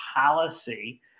policy